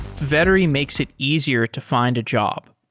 vettery makes it easier to find a job.